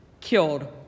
killed